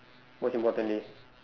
most importantly